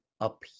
up